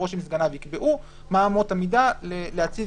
שהיושב-ראש וסגניו יקבעו מה אמות המידה להציב